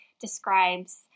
describes